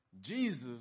Jesus